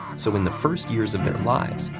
so in the first years of their lives,